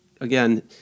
Again